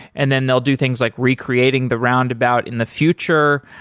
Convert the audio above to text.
and then they'll do things like re-creating the roundabout in the future,